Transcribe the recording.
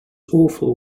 awful